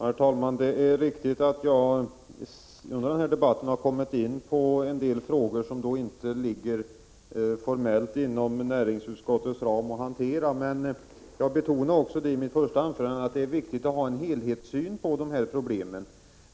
Herr talman! Det är riktigt att jag har kommit in på en del frågor som inte formellt ligger inom näringsutskottets område. Men jag betonade i mitt första anförande att det är viktigt med en helhetssyn på dessa problem.